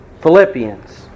Philippians